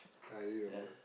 I didn't remember